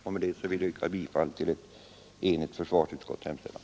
Därmed yrkar jag bifall till ett enigt försvarsutskotts hemställan.